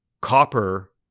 copper